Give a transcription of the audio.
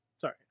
Sorry